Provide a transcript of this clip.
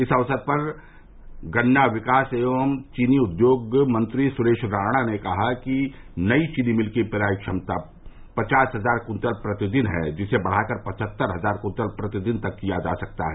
इस अवसर पर गन्ना विकास एवं चीनी उद्योग मंत्री सुरेश राणा ने कहा कि नई चीनी मिल की पेराई क्षमता पचास हजार कृंतल प्रतिदिन है जिसे बढ़ाकर पचहत्तर हजार कुंतल प्रतिदिन तक किया जा सकता है